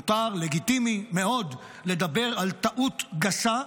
מותר, לגיטימי מאוד, לדבר על טעות גסה,